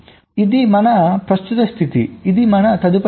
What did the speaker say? ఇది మన ప్రస్తుత స్థితి ఇది మన తదుపరి స్థితి